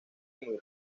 muy